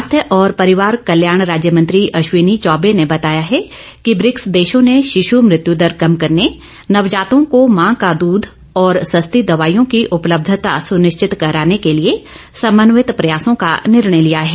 स्वास्थ्य और परिवार कल्याण राज्य मंत्री अश्विनी चौबे ने बताया है कि ब्रिक्स देशों ने शिश् मृत्यू दर कम करने नवजातों को मां का दूध और सस्ती दवाईयों की उपलब्धता सुनिश्चित कराने के लिए समन्वित प्रयासों का निर्णय लिया है